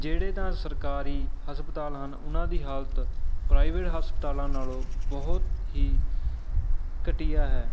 ਜਿਹੜੇ ਤਾਂ ਸਰਕਾਰੀ ਹਸਪਤਾਲ ਹਨ ਉਹਨਾਂ ਦੀ ਹਾਲਤ ਪ੍ਰਾਈਵੇਟ ਹਸਪਤਾਲਾਂ ਨਾਲੋਂ ਬਹੁਤ ਹੀ ਘਟੀਆ ਹੈ